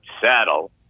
saddle